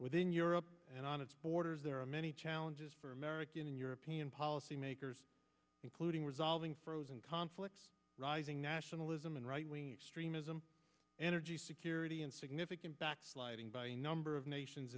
europe and on its borders there are many challenges for american and european policymakers including resolving frozen conflicts rising nationalism and right wing extremism energy security and significant backsliding by a number of nations